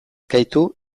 gaitu